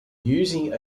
using